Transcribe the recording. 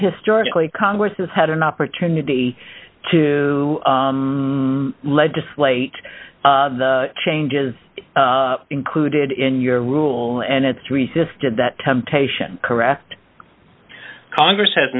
historically congress has had an opportunity to legislate the changes one included in your rule and it's resisted that temptation correct congress has